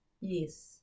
Yes